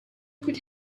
could